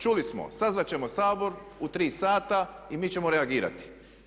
Čuli smo, sazvat ćemo Sabor u tri sata i mi ćemo reagirati.